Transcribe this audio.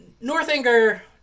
Northanger